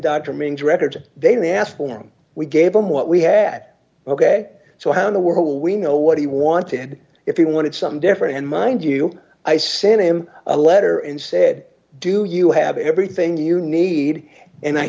dr means record they asked for and we gave him what we had ok so how in the world will we know what he wanted if he wanted something different and mind you i sent him a letter and said do you have everything you need and